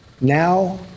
Now